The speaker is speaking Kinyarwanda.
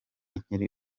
nkiri